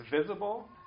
visible